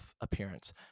appearance